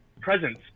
presence